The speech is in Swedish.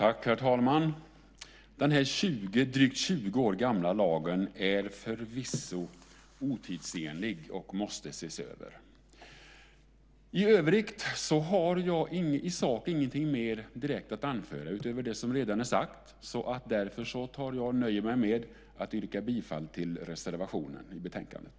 Herr talman! Den här drygt 20 år gamla lagen är förvisso otidsenlig och måste ses över. I övrigt har jag i sak ingenting att anföra utöver det som är sagt. Därför nöjer jag mig med att yrka bifall till reservationen i betänkandet.